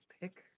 pick